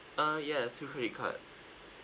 uh yes through credit card